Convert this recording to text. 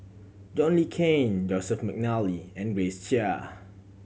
John Le Cain Joseph McNally and Grace Chia